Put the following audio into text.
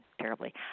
terribly